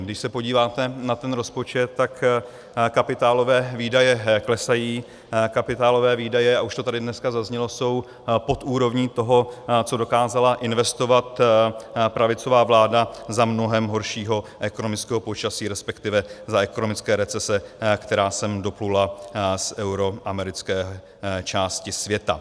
Když se podíváte na ten rozpočet, tak kapitálové výdaje klesají, kapitálové výdaje, a už to tady dneska zaznělo, jsou pod úrovní toho, co dokázala investovat pravicová vláda za mnohem horšího ekonomického počasí, resp. za ekonomické recese, která sem doplula z euroamerické části světa.